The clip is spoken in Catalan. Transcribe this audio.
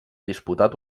disputat